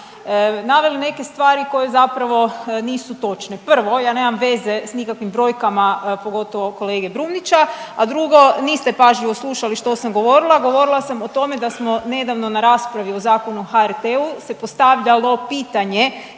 naveli neke stvari koje zapravo nisu točne. Prvo ja nemam veze s nikakvim brojkama pogotovo kolege Brumnića, a drugo niste pažljivo slušali što sam govorila, a govorila sam o tome da smo nedavno na raspravi o Zakonu o HRT-u se postavljalo pitanje